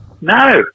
No